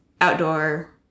outdoor